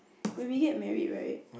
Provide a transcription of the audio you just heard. when we get married right